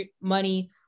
money